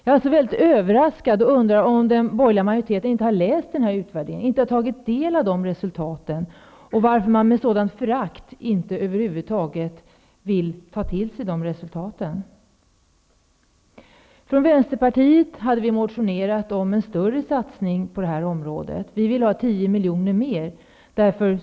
Jag undrar om den borgerliga majoriteten inte har läst denna utvärdering och inte har tagit del av dess resultat. Varför visar man ett sådant förakt för dessa resultat, och varför vill man inte ta till sig dem? Från Vänsterpartiet har vi motionerat om en större satsning på detta område. Vi vill att det skall anslås 10 milj.kr. mer.